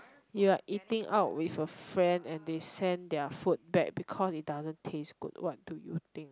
you are eating out with a friend and they send their food back because it doesn't taste good what do you think